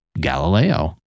Galileo